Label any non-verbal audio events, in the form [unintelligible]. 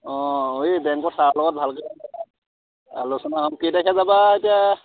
অ এই বেংকত ছাৰৰ লগত ভালকৈ [unintelligible] আলোচনা হ'ম কেই তাৰিখে যাবা এতিয়া